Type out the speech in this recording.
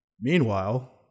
Meanwhile